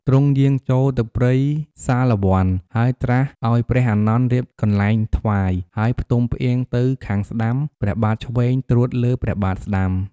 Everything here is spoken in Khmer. ទ្រង់យាងចូលទៅព្រៃសាលវន្ត ហើយត្រាស់ឲ្យព្រះអានន្ទរៀបកន្លែងថ្វាយ ហើយផ្ទុំផ្អៀងទៅខាងស្តាំ ព្រះបាទឆ្វេងត្រួតលើព្រះបាទស្តាំ។